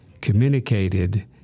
communicated